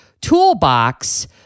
toolbox